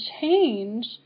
change